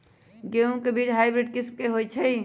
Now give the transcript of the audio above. गेंहू के बीज हाइब्रिड किस्म के होई छई?